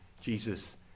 Jesus